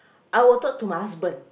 I will talk to my husband